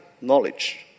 knowledge